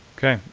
okay,